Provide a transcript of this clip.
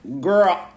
girl